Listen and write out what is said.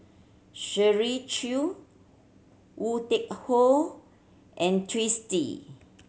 Shirley Chew Woon Tai Ho and Twisstii